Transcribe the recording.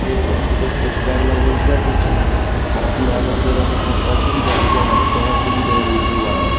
সেইরকম ছোটো ছোটো ছেলাগুলো রোজগার করছে আর বুড়ো লোকদেরও কোন অসুবিধা হচ্ছে না একদমই সুবিধাই রয়েছে ওরা